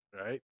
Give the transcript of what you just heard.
Right